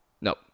No